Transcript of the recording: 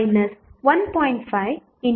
vtest 1